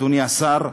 אדוני השר,